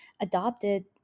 adopted